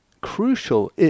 crucial